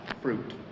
fruit